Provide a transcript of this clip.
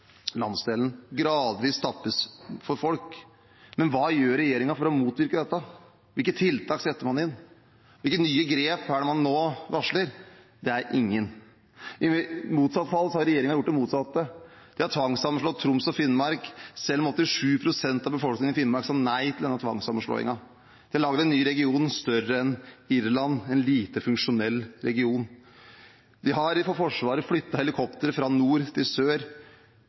landsdelen gradvis tappes for folk. Men hva gjør regjeringen for å motvirke dette? Hvilke tiltak setter man inn? Hvilke nye grep er det man nå varsler? Det er ingen. Regjeringen har gjort det motsatte. De har tvangssammenslått Troms og Finnmark, selv om 87 pst. av befolkningen i Finnmark sa nei til denne tvangssammenslåingen. De laget en ny region større enn Irland, en lite funksjonell region. Forsvaret har flyttet helikoptre fra nord til sør,